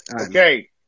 Okay